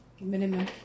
Minimum